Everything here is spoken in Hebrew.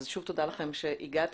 שוב תודה לכם שהגעתם.